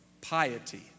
piety